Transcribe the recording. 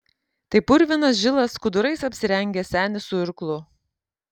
tai purvinas žilas skudurais apsirengęs senis su irklu